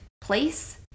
place